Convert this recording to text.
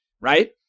right